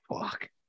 Fuck